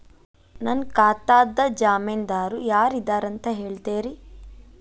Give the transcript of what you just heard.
ನನ್ನ ಖಾತಾದ್ದ ಜಾಮೇನದಾರು ಯಾರ ಇದಾರಂತ್ ಹೇಳ್ತೇರಿ?